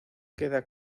queda